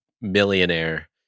millionaire